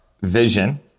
vision